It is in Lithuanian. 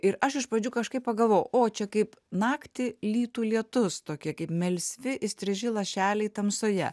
ir aš iš pradžių kažkaip pagalvojau o čia kaip naktį lytų lietus tokie kaip melsvi įstriži lašeliai tamsoje